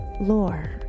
Lore